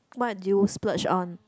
what do you splurge on